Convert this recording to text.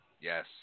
Yes